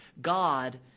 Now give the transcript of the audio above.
God